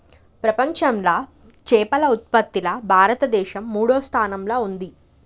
ప్రపంచంలా చేపల ఉత్పత్తిలా భారతదేశం మూడో స్థానంలా ఉంది